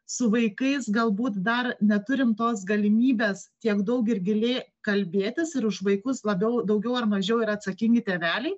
su vaikais galbūt dar neturim tos galimybės tiek daug ir giliai kalbėtis ir už vaikus labiau daugiau ar mažiau yra atsakingi tėveliai